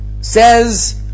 says